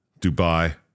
Dubai